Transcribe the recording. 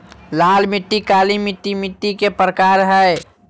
लाल मिट्टी, काली मिट्टी मिट्टी के प्रकार हय